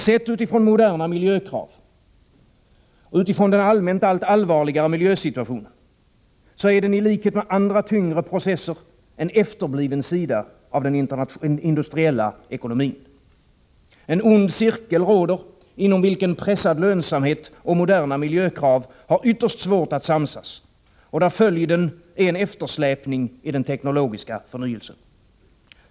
Sedd utifrån moderna miljökrav och utifrån den allmänt allt allvarligare miljösituationen är den i likhet med andra tyngre processer en efterbliven sida av den industriella ekonomin. En ond cirkel råder inom vilken pressad lönsamhet och moderna miljökrav har ytterst svårt att samsas och där följden är en eftersläpning i den teknologiska förnyelsen.